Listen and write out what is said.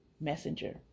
Messenger